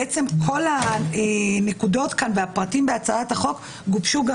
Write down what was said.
כל הנקודות והפרטים בהצעת החוק גובשו גם